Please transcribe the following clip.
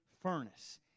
furnace